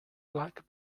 black